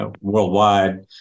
worldwide